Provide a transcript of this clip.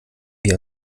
wir